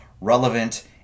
Relevant